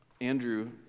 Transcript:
Andrew